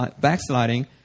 backsliding